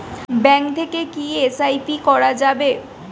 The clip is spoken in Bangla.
ব্যাঙ্ক থেকে কী এস.আই.পি করা যাবে?